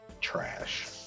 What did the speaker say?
Trash